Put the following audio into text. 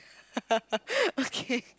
okay